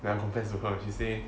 when I confess to her she say